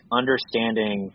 understanding